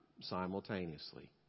simultaneously